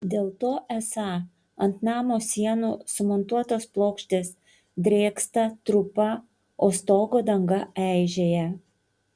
dėl to esą ant namo sienų sumontuotos plokštės drėksta trupa o stogo danga eižėja